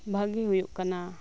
ᱵᱷᱟᱹᱜᱮ ᱦᱳᱭᱳᱜ ᱠᱟᱱᱟ